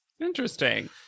Interesting